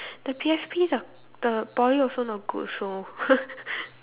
the P_F_P lah the Poly also not good also